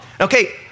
Okay